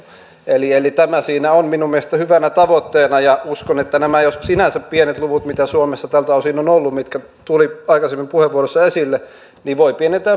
eli eli tämä siinä on minun mielestäni hyvänä tavoitteena ja uskon että nämä jo sinänsä pienet luvut mitä suomessa tältä osin on ollut mitkä tulivat aikaisemmin puheenvuoroissa esille voivat pienetä